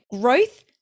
growth